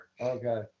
Okay